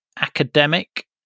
academic